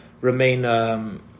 remain